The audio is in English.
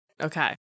Okay